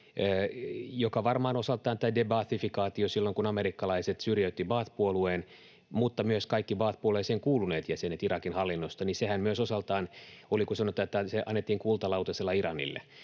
Varmaan osaltaan tämä de-baathifikaatio — silloin kun amerikkalaiset syrjäyttivät Baath-puolueen mutta myös kaikki Baath-puolueeseen kuuluneet jäsenet Irakin hallinnosta — annettiin, kuten sanotaan, kultalautaselle Iranille.